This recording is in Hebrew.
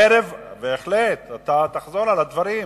בהחלט, אתה תחזור על הדברים.